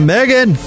Megan